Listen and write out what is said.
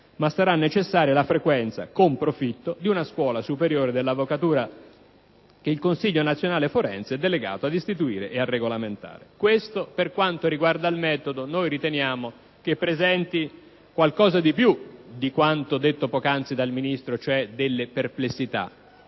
ma sarà necessaria la frequenza, con profitto, di una Scuola superiore dell'Avvocatura che il CNF è delegato ad istituire e regolamentare». Questo, per quanto riguarda il merito, riteniamo che dia adito a qualcosa di più di quanto detto poc'anzi dal Ministro, e cioè a delle «perplessità»: